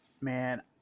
Man